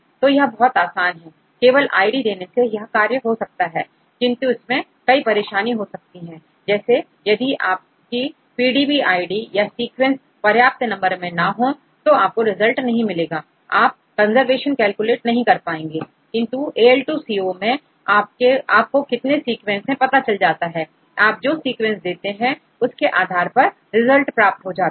तो यह बहुत आसान है केवल आईडी देने से यह कार्य हो सकता है किंतु इसमें कई परेशानी हो सकती हैं जैसे यदि आपकी पीडीबी आईडी या सीक्वेंस पर्याप्त नंबर में ना हो तो आपको रिजल्ट नहीं मिलेगा और आप कंजर्वेशन कैलकुलेट नहीं कर पाएंगे किंतु AL2CO मैं आपको कितने सीक्वेंस है पता चल जाता है और आप जो सीक्वेंस देते हैं उसके आधार पर रिजल्ट प्राप्त हो जाता है